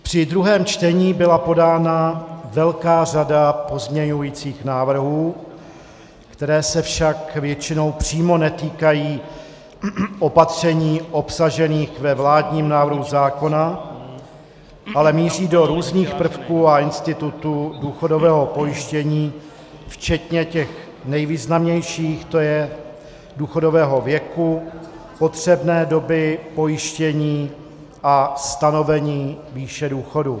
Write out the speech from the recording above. Při druhém čtení byla podána velká řada pozměňovacích návrhů, které se však většinou přímo netýkají opatření obsažených ve vládním návrhu zákona, ale míří do různých prvků a institutů důchodového pojištění, včetně těch nejvýznamnějších, to je důchodového věku, potřebné doby pojištění a stanovení výše důchodů.